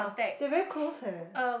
oh they very close eh